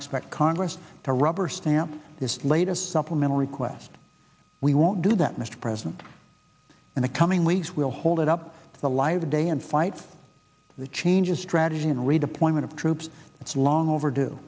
expect congress to rubber stamp this latest supplemental request we won't do that mr president in the coming weeks we'll hold it up to live a day and fight the changes strategy and redeployment of troops it's long overdue